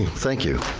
thank you,